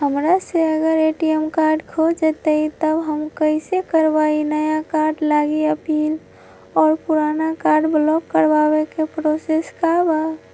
हमरा से अगर ए.टी.एम कार्ड खो जतई तब हम कईसे करवाई नया कार्ड लागी अपील और पुराना कार्ड ब्लॉक करावे के प्रोसेस का बा?